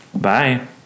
Bye